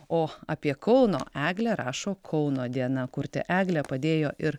o apie kauno eglę rašo kauno diena kurti eglę padėjo ir